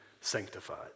sanctified